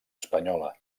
espanyola